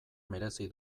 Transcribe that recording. merezi